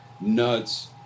nuts